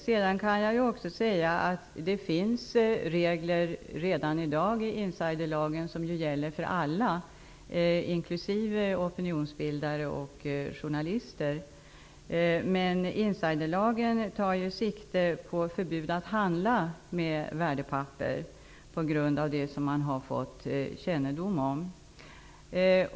Jag kan också säga att det redan i dag finns regler i insiderlagen som gäller alla, inklusive opinionsbildare och journalister. Men insiderlagen tar sikte på att det är förbjudet att på grund av något som man har fått kännedom om handla med värdepapper.